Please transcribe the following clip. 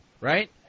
Right